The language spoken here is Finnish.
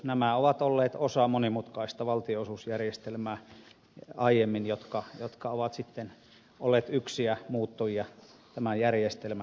nämä ovat olleet osa monimutkaista valtionosuusjärjestelmää aiemmin ja ovat siten olleet yksiä muuttujia tämän järjestelmän sisällä